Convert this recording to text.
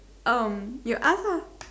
um you ask ah